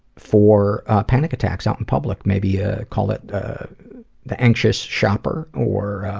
for ah, panic attacks out in public. maybe ah call it the anxious shopper, or